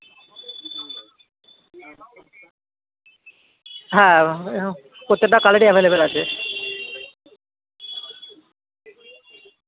হ্যাঁ ও এরম প্রত্যেকটা কালারই অ্যাভেলেবেল আছে